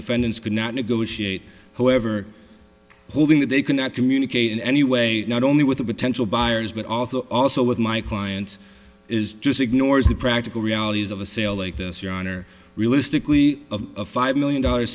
defendants could not negotiate however holding that they cannot communicate in any way not only with the potential buyers but also also with my client is just ignores the practical realities of a sale like this your honor realistically of five million dollars